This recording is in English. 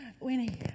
Winnie